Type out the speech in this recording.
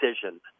decision